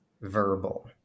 verbal